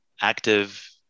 active